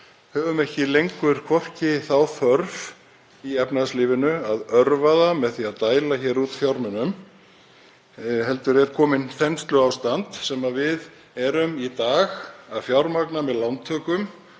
höfum ekki lengur þá þörf í efnahagslífinu að örva það með því að dæla út fjármunum heldur er komið þensluástand sem við erum í dag að fjármagna með lántökum.